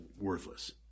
worthless